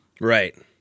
right